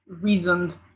reasoned